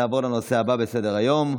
נעבור לנושא הבא בסדר-היום,